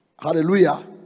Hallelujah